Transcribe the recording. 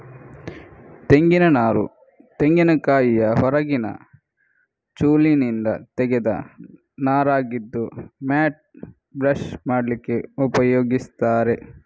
ತೆಂಗಿನ ನಾರು ತೆಂಗಿನಕಾಯಿಯ ಹೊರಗಿನ ಚೋಲಿನಿಂದ ತೆಗೆದ ನಾರಾಗಿದ್ದು ಮ್ಯಾಟ್, ಬ್ರಷ್ ಮಾಡ್ಲಿಕ್ಕೆ ಉಪಯೋಗಿಸ್ತಾರೆ